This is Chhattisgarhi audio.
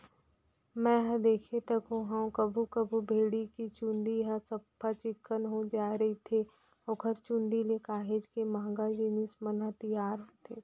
मैंहर देखें तको हंव कभू कभू भेड़ी के चंूदी ह सफ्फा चिक्कन हो जाय रहिथे ओखर चुंदी ले काहेच के महंगा जिनिस मन ह तियार होथे